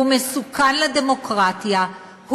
הוא מסוכן לדמוקרטיה.